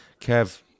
kev